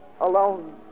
Alone